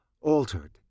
altered